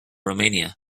romania